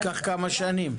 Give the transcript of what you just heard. ייקח כמה שנים.